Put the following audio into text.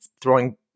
throwing